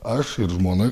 aš ir žmona